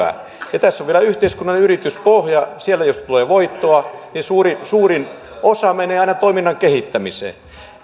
ja tässä on vielä yhteiskunnan yrityspohja siellä jos tulee voittoa niin suurin osa menee aina toiminnan kehittämiseen